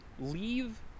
Leave